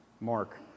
mark